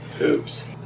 Oops